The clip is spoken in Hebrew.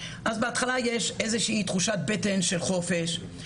אז בהתחלה יש איזושהי תחושת בטן של חופש,